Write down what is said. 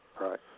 Right